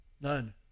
none